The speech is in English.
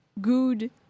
Good